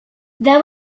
there